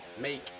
Make